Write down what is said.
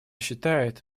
считает